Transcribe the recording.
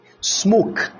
Smoke